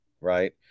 right